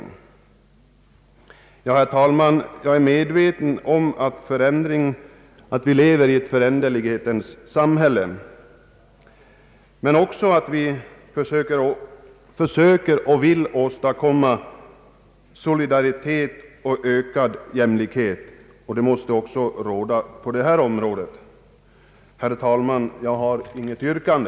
Herr talman! Jag är medveten om att vi lever i ett föränderlighetens samhälle men också att vi försöker åstadkomma solidaritet och ökad jämlikhet. Så måste det vara också på detta område. Herr talman! Jag har inget yrkande.